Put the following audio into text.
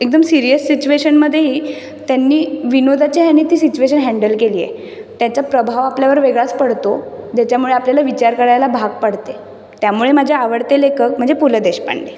एकदम सिरियस सिच्युएशनमध्येही त्यांनी विनोदाच्या ह्यानी ती सिच्युएशन हँडल केली आहे त्याचा प्रभाव आपल्यावर वेगळाच पडतो ज्याच्यामुळे आपल्याला विचार करायला भाग पाडते त्यामुळे माझे आवडते लेखक म्हणजे पु ल देशपांडे